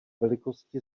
velikosti